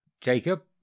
Jacob